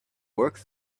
work